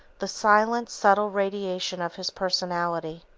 the silent, subtle radiation of his personality,